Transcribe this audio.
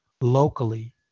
locally